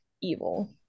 evil